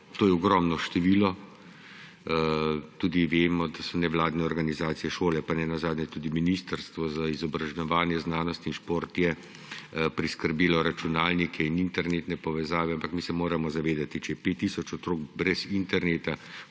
To je ogromno število. Tudi vemo, da so nevladne organizacije, šole, pa nenazadnje je tudi Ministrstvo za izobraževanje, znanost in šport priskrbelo računalnike in internetne povezave, ampak mi se moramo zavedati, če je 5 tisoč otrok brez interneta,